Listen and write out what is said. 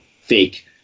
fake